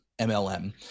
MLM